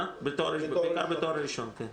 כן, בתואר הראשון.